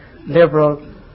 liberal